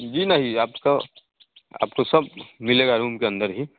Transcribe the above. जी नहीं आपको आपको सब मिलेगा रूम के अंदर ही